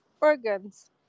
organs